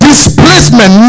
Displacement